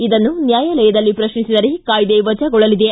ಇದನ್ನು ನ್ಯಾಯಾಲಯದಲ್ಲಿ ಪ್ರಕ್ನಿಸಿದರೆ ಕಾಯ್ದೆ ವಜಾಗೊಳ್ಳಲಿದೆ